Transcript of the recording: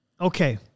Okay